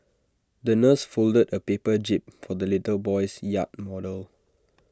the nurse folded A paper jib for the little boy's yacht model